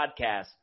podcast